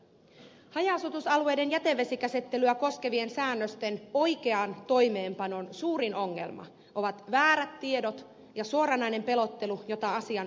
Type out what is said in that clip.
haja asutusalueiden jätevesikäsittelyä koskevien säännösten oikean toimeenpanon suurin ongelma ovat väärät tiedot ja suoranainen pelottelu jota asian ympärillä ilmenee